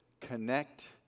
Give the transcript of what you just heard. connect